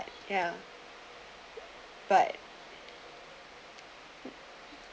ya but